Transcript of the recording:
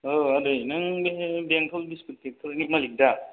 ओ आदै नों बे बेंथल बिस्किट फेक्ट'रिनि मालिख दा